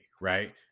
Right